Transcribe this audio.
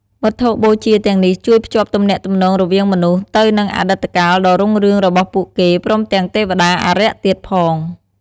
វត្ថុបូជាទាំងនេះជួយភ្ជាប់ទំនាក់ទំនងរវាងមនុស្សទៅ នឹងអតីតកាលដ៏រុងរឿងរបស់ពួកគេ ព្រមទាំងទេវតា អារក្សទៀតផង។